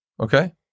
Okay